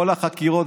כל החקירות.